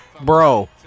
bro